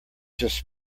just